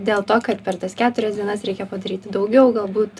dėl to kad per tas keturias dienas reikia padaryti daugiau galbūt